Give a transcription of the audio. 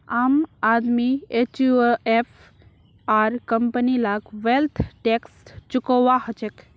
आम आदमी HUF or company लाक वैल्थ टैक्स चुकौव्वा हछेक